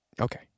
Okay